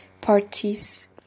parties